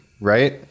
right